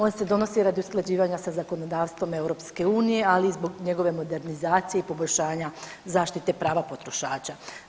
On se donosi radi usklađivanja sa zakonodavstvom EU, ali i zbog njegove modernizacije i poboljšanje zaštite prava potrošača.